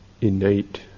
innate